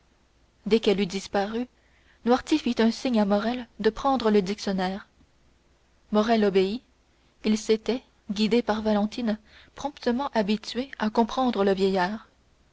dès qu'elle eut disparu noirtier fit signe à morrel de prendre le dictionnaire morrel obéit il s'était guidé par valentine promptement habitué à comprendre le vieillard